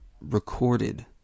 recorded